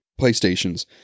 playstations